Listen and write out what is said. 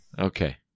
Okay